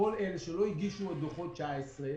כל אלה שלא הגישו את דוחות 19',